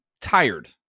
tired